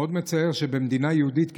מאוד מצער שבמדינה יהודית כמדינתנו,